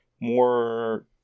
more